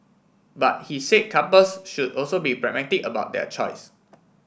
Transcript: but he said couples should also be pragmatic about their choice